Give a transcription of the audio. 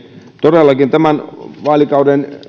todellakin tämän vaalikauden